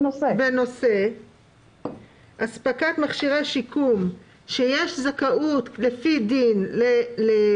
"בנושא אספקת מכשירי שיקום שיש זכאות לפי חוק לקבלם".